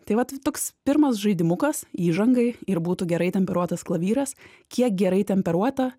tai vat toks pirmas žaidimukas įžangai ir būtų gerai temperuotas klavyras kiek gerai temperuota